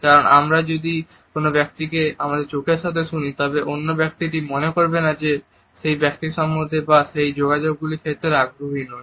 কারণ আমরা যদি কোনো ব্যক্তিকে আমাদের চোখের সাথে শুনি তবে অন্য ব্যক্তিটি মনে করবে না যে আমরা সেই ব্যক্তির সম্বন্ধে বা সেই যোগাযোগের ক্ষেত্রে আগ্রহী নই